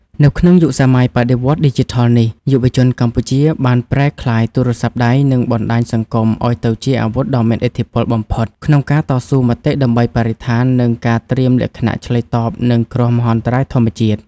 នៅក្នុងយុគសម័យបដិវត្តន៍ឌីជីថលនេះ យុវជនកម្ពុជាបានប្រែក្លាយទូរស័ព្ទដៃ និងបណ្ដាញសង្គមឱ្យទៅជាអាវុធដ៏មានឥទ្ធិពលបំផុតក្នុងការតស៊ូមតិដើម្បីបរិស្ថាន និងការត្រៀមលក្ខណៈឆ្លើយតបនឹងគ្រោះមហន្តរាយធម្មជាតិ។